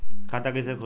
खाता कइसे खुली?